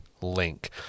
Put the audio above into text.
link